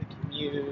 commute